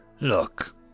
Look